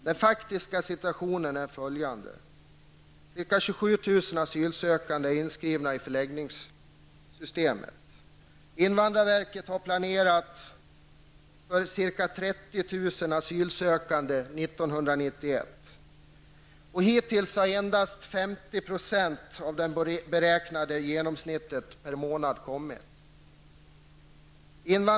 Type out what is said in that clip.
Den faktiska situationen är följande: Ca 27 000 Invandrarverket har planerat för ca 30 000 asylsökande 1991. Hittills har endast 50 % av det beräknade genomsnittet per månad kommit.